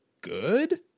good